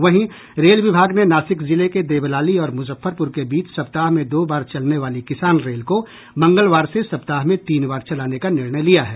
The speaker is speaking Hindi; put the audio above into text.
वहीं रेल विभाग ने नासिक जिले के देवलाली और मुजफ्फरपुर के बीच सप्ताह में दो बार चलने वाली किसान रेल को मंगलवार से सप्ताह में तीन बार चलाने का निर्णय लिया है